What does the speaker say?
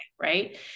right